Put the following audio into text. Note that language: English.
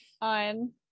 on